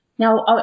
Now